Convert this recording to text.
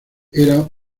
era